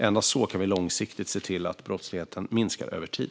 Endast så kan vi långsiktigt se till att brottsligheten minskar över tid.